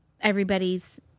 everybody's